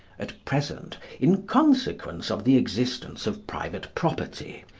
at present, in consequence of the existence of private property,